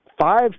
Five